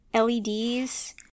LEDs